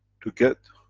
to get,